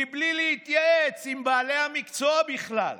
מבלי להתייעץ עם בעלי המקצוע בכלל,